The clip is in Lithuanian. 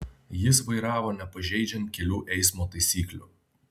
jis vairavo nepažeidžiant kelių eismo taisyklių